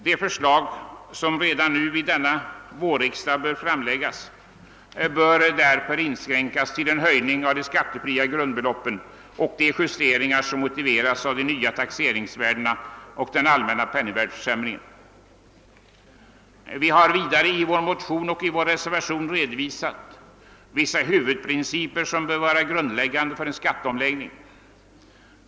De förslag som redan nu vid denna vårriksdag bör framläggas bör därför inskränkas till en höjning av de skattefria grundbeloppen och de justeringar som motiveras av de nya taxeringsvärdena och den allmänna penningvärdeförsämringen. Vi har vidare i vår motion och i vår reservation redovisat vissa huvudprinciper som bör vara grundläggande för en skatteomläggning.